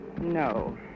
no